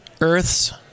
Earth's